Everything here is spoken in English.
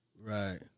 right